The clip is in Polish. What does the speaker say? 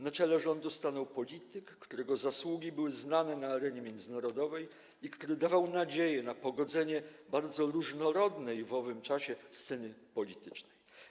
Na czele rządu stanął polityk, którego zasługi były znane na arenie międzynarodowej i który dawał nadzieję na pogodzenie bardzo różnorodnej w tym czasie sceny politycznej.